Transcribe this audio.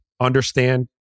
understand